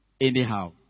anyhow